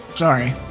Sorry